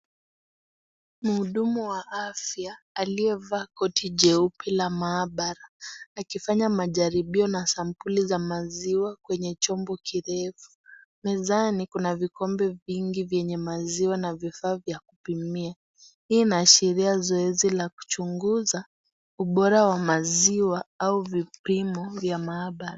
Mhudumu wa afya aliyevaa koti jeupe ya maabara akifanya majaribio na sampuli ya maziwa kwenye chombo kirefu. Mezani kuna vikombe vingi vyenye maziwa vifaa vya kupimia hii inaashiria zoezi la kuchunguza ubora wa maziwa au vipimo vya maabara.